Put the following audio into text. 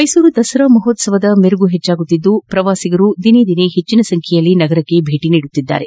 ಮೈಸೂರು ದಸರಾ ಮಹೋತ್ತವದ ಮೆರುಗು ಹೆಚ್ಚಾಗುತ್ತಿದ್ದು ಪ್ರವಾಸಿಗರು ಹೆಚ್ಚನ ಸಂಖ್ಯೆಯಲ್ಲಿ ನಗರಕ್ಕೆ ಭೇಟಿ ನೀಡುತ್ತಿದ್ದಾರೆ